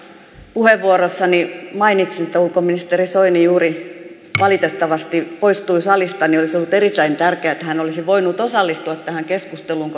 puheenvuorossani mainitsin että ulkoministeri soini juuri valitettavasti poistui salista niin olisi ollut erittäin tärkeää että hän olisi voinut osallistua tähän keskusteluun